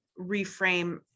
reframe